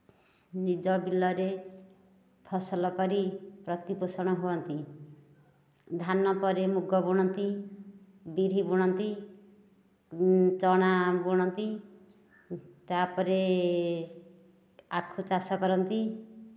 ନିଜ ବିଲରେ ଫସଲ କରି ପ୍ରତିପୋଷଣ ହୁଅନ୍ତି ଧାନ ପରେ ମୁଗ ବୁଣନ୍ତି ବିରି ବୁଣନ୍ତି ଚଣା ବୁଣନ୍ତି ତା'ପରେ ଆଖୁ ଚାଷ କରନ୍ତି